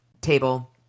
table